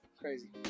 Crazy